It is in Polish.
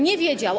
Nie wiedział.